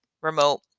remote